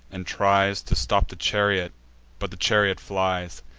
and tries to stop the chariot but the chariot flies.